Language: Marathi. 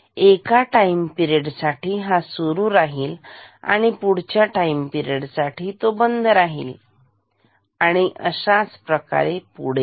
तर एका टाईम पिरेड साठी हा सुरू राहील आणि पुढच्या टाईम पिरेड साठी तो बंद होईल आणि अशाच प्रकारे पुढेही